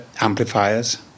amplifiers